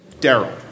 Daryl